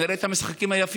שנראה את המשחקים היפים.